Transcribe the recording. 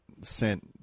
sent